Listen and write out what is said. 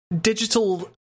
digital